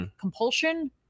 compulsion